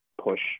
push